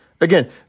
again